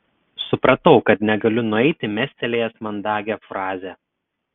supratau kad negaliu nueiti mestelėjęs mandagią frazę